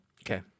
Okay